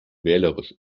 wählerisch